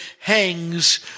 hangs